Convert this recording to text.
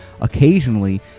occasionally